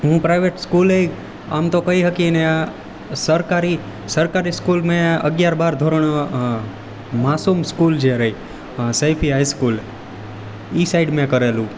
હું પ્રાઇવેટ સ્કુલે આમ તો કઈ શકીને સરકારી સરકારી સ્કુલ મેં અગિયાર બાર ધોરણ માસૂમ સ્કુલ જે રઈ શૈફી હાઇ સ્કુલ સાઈડ મેં કરેલું